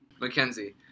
Mackenzie